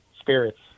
spirits